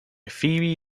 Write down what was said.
phoebe